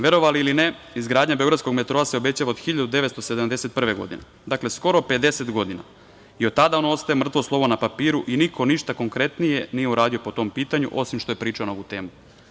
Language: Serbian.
Verovali ili ne, izgradnja beogradskog metroa se obećava od 1971. godine, dakle, skoro 50 godina i od tada on ostaje mrtvo slovo na papiru i niko ništa konkretnije nije uradio po tom pitanju, osim što je pričao na ovu temu.